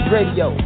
Radio